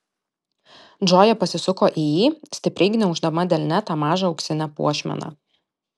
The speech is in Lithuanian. džoja pasisuko į jį stipriai gniauždama delne tą mažą auksinę puošmeną